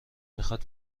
میخاد